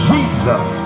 Jesus